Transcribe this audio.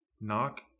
knock